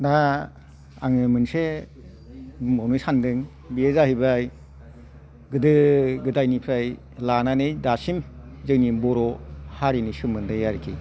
दा आङो मोनसे बुंबावनो सानदों बेयो जाहैबाय गोदो गोदायनिफ्राय लानानै दासिम जोंनि बर' हारिनि सोमोन्दै आरोखि